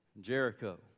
Jericho